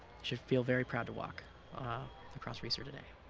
should feel very proud to walk across reser today.